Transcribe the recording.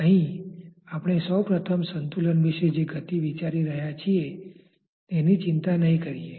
અહીં આપણે સૌ પ્રથમ સંતુલન વિશે જે ગતિ વિચારી રહ્યા છીએ તેની ચિંતા નહીં કરીએ